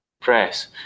press